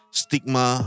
stigma